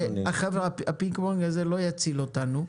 חברים, הפינג פונג הזה לא יציל אותנו.